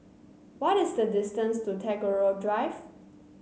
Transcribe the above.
what is the distance to Tagore Drive